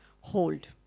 hold